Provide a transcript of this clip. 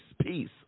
peace